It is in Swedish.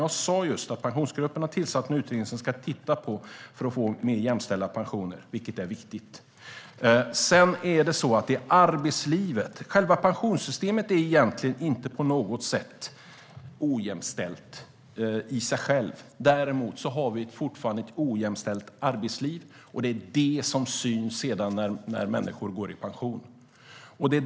Jag sa att Pensionsgruppen har tillsatt en utredning som ska se över frågan om mer jämställda pensioner. Det är viktigt. Själva pensionssystemet är egentligen inte ojämställt. Däremot finns det fortfarande ett ojämställt arbetsliv. Det är det som syns sedan när människor går i pension.